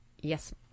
yes